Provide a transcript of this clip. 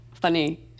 Funny